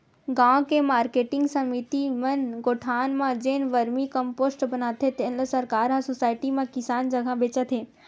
गाँव के मारकेटिंग समिति मन गोठान म जेन वरमी कम्पोस्ट बनाथे तेन ल सरकार ह सुसायटी म किसान जघा बेचत हे